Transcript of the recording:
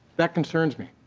that concerns me.